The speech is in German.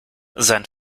sein